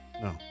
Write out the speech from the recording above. No